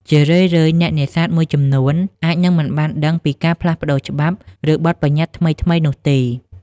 ជារឿយៗ អ្នកនេសាទមួយចំនួនអាចនឹងមិនបានដឹងពីការផ្លាស់ប្តូរច្បាប់ ឬបទប្បញ្ញត្តិថ្មីៗនោះទេ។